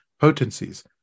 potencies